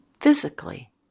physically